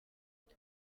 what